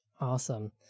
Awesome